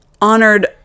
honored